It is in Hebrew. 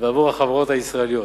ועבור החברות הישראליות.